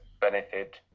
benefit